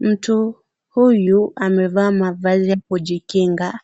Mtu huyu, amevaa mavazi ya kujikinga,